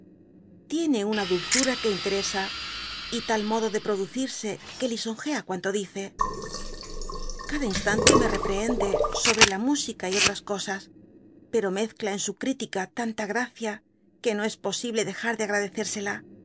atiene una dulzura que interesa y tal modo de producirse que lisonjea cuantodice cada instante me reprehende sobre la música y otras cosas f pero mezcla en sa critica tanta gracia que no es posible dejar de agradecérsela